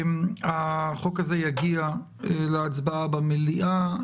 החוק הזה יגיע להצבעה במליאה.